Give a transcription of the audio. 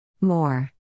More